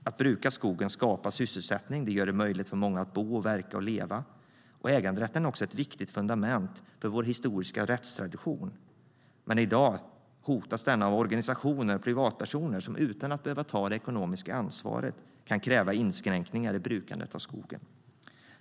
Att bruka skogen skapar sysselsättning och gör det möjligt för många att bo, verka och leva på landsbygden. Äganderätten är också ett viktigt fundament för vår historiska rättstradition, men den hotas i dag av organisationer och privatpersoner som utan att behöva ta det ekonomiska ansvaret kan kräva inskränkningar i brukandet av skogen.